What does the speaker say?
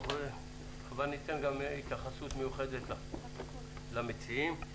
אני אתן גם התייחסות מיוחדת למציעים.